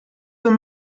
tym